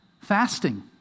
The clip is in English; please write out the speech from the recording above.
Fasting